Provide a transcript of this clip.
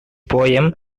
poem